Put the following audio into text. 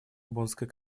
боннской